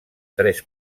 tres